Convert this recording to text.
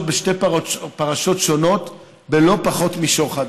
בשתי פרשות שונות, בלא פחות משוחד.